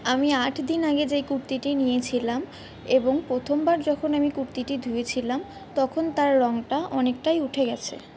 আমি আট দিন আগে যেই কুর্তিটি নিয়েছিলাম এবং প্রথমবার যখন আমি কুর্তিটি ধুয়েছিলাম তখন তার রঙটা অনেকটাই উঠে গেছে